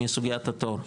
מסוגיית התור,